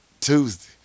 tuesday